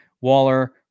Waller